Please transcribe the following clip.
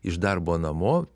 iš darbo namo